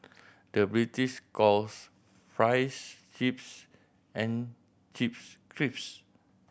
the British calls fries chips and chips